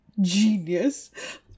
genius